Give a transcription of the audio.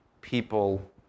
people